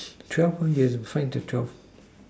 twelve point you have to find the twelve